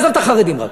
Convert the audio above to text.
עזוב את החרדים רק,